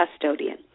custodian